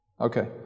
Okay